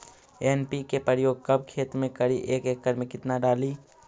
NPK प्रयोग कब खेत मे करि एक एकड़ मे कितना डाली?